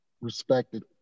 Respected